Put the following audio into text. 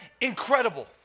incredible